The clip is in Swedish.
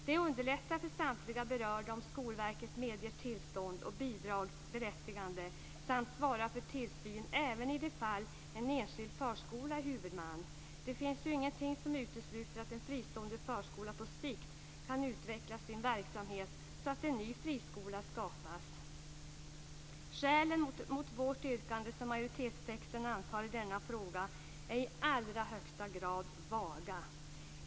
Det underlättar för samtliga berörda om Skolverket medger tillstånd och bidragsberättigande samt svarar för tillsyn även i de fall där en enskild förskola är huvudman. Det finns ju ingenting som utesluter att en fristående förskola på sikt kan utveckla sin verksamhet så att en ny friskola skapas. De skäl mot vårt yrkande som majoritetstexten anför i denna fråga är i allra högsta grad vaga.